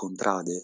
contrade